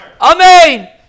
Amen